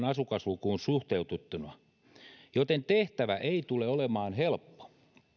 asukaslukuun suhteutettuna joten tehtävä ei tule olemaan helppo